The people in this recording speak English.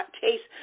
taste